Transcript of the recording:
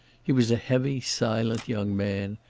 he was a heavy, silent young man,